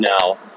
now